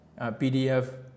PDF